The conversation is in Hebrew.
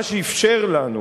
מה שאפשר לנו,